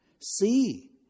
See